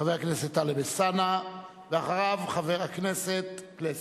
חבר הכנסת טלב אלסאנע, ואחריו, חבר הכנסת פלסנר.